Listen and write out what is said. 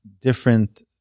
different